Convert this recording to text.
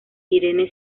irene